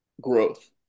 growth